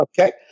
Okay